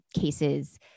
cases